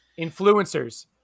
influencers